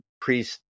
priest